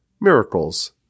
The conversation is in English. miracles